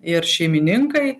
ir šeimininkai